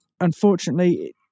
unfortunately